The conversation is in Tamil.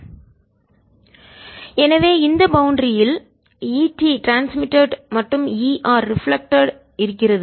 da0EL ER EIERET எனவே இந்த பவுண்டரியில் எல்லையில் E T ட்ரான்ஸ்மிட்டட் மின் கடத்தல் மற்றும் E R ரிஃப்ளெக்ட்டட் பிரதிபலித்தல் இருக்கிறது